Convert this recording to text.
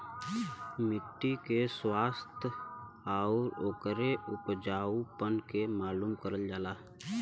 मट्टी के स्वास्थ्य आउर ओकरे उपजाऊपन के मालूम करल जाला